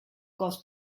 cost